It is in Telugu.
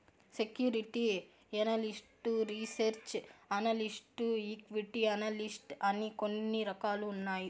security analyst research analyst equity analyst అని కొన్ని రకాలు ఉన్నాయి